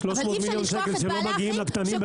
אבל אי אפשר לשכוח את בעלי החיים,